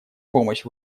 помощь